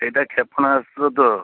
ଏଇଟା କ୍ଷପଣାସ୍ତ୍ର ତ